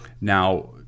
Now